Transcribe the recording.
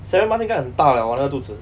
seven months 应该很大 liao [what] 那个肚子